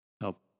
help